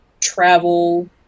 travel